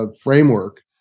framework